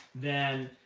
then